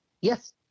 Yes